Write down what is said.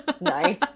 Nice